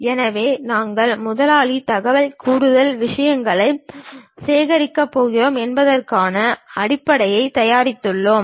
எனவே நாங்கள் முதலாளி தகவல் கூடுதல் விஷயங்களைச் சேர்க்கப் போகிறோம் என்பதற்கான அடிப்படையைத் தயாரித்துள்ளோம்